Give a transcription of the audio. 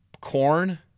corn